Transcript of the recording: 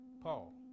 Paul